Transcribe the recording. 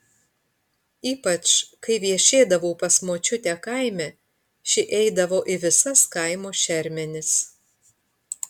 ypač kai viešėdavau pas močiutę kaime ši eidavo į visas kaimo šermenis